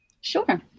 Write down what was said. Sure